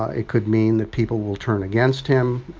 ah it could mean that people will turn against him.